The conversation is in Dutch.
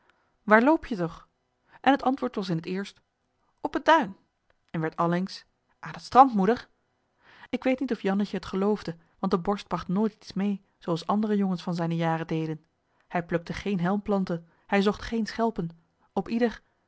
waar loop je toch en het antwoord was in het eerst op het duin en werd allengs aan het strand moeder ik weet niet of jannetje het geloofde want de borst bragt nooit iets meê zoo als andere jongens van zijne jaren deden hij plukte geene helmplanten hij zocht geene schelpen op ieder